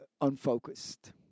unfocused